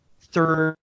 third